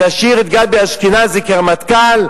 תשאיר את גבי אשכנזי כרמטכ"ל,